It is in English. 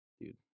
dude